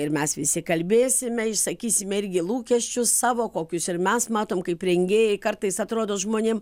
ir mes visi kalbėsime išsakysime irgi lūkesčius savo kokius ir mes matom kaip rengėjai kartais atrodo žmonėm